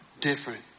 different